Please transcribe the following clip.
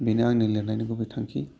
बेनो आंनि लिरनायनि गुबै थांखि